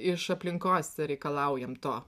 iš aplinkos reikalaujam to